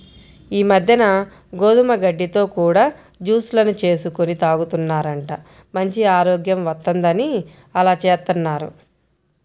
ఈ మద్దెన గోధుమ గడ్డితో కూడా జూస్ లను చేసుకొని తాగుతున్నారంట, మంచి ఆరోగ్యం వత్తందని అలా జేత్తన్నారు